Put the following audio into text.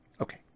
Okay